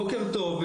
בוקר טוב.